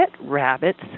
rabbits